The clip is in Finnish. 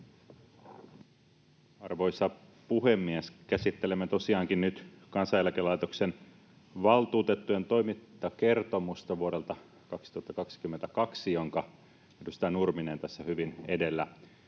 Arvoisa puhemies! Käsittelemme tosiaankin nyt Kansaneläkelaitoksen valtuutettujen toimintakertomusta vuodelta 2022, jonka edustaja Nurminen tässä hyvin edellä